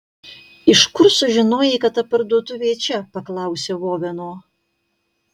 iš kur sužinojai kad ta parduotuvė čia paklausiau oveno